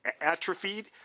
atrophied